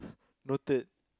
noted